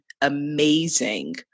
amazing